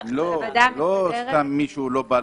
אך לא להצביע.